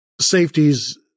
safeties